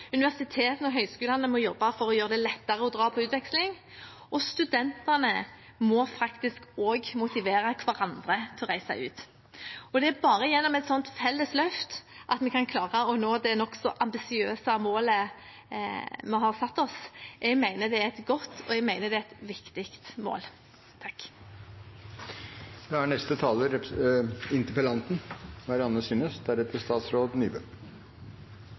universitetene og høyskolene må jobbe for å gjøre det lettere å dra på utveksling, og studentene må faktisk også motivere hverandre til å reise ut. Det er bare gjennom et slikt felles løft at vi kan klare å nå det nokså ambisiøse målet vi har satt oss. Jeg mener det er et godt og viktig mål. Jeg vil gjerne takke statsråden for gode svar. Jeg er